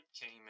came